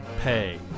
pay